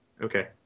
Okay